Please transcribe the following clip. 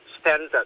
standard